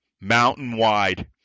mountain-wide